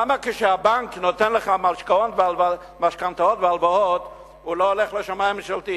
למה כשהבנק נותן לך משכנתאות והלוואות הוא לא הולך לשמאי הממשלתי?